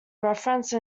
reference